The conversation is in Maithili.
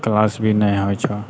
क्लास भी नहि होइ छौ